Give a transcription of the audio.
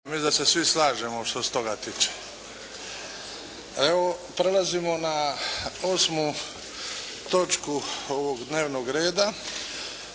da se svi slažemo što se toga tiče. Evo, prelazimo na osmu točku ovog dnevnog reda.